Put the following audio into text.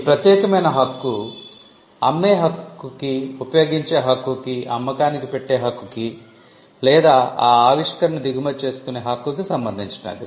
ఈ ప్రత్యేకమైన హక్కు అమ్మే హక్కుకి ఉపయోగించే హక్కుకి అమ్మకానికి పెట్టే హక్కుకి లేదా ఆ ఆవిష్కరణను దిగుమతి చేసుకునే హక్కుకి సంబంధించినది